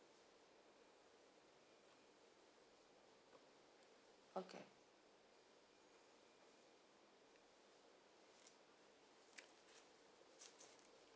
okay